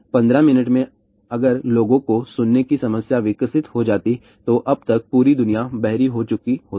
15 minute में अगर लोगों को सुनने की समस्या विकसित हो जाती तो अब तक पूरी दुनिया बहरी हो चुकी होती